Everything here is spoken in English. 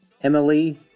Emily